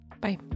Bye